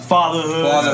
Fatherhood